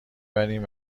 برین